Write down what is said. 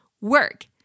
work